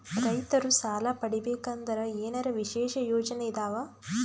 ರೈತರು ಸಾಲ ಪಡಿಬೇಕಂದರ ಏನರ ವಿಶೇಷ ಯೋಜನೆ ಇದಾವ?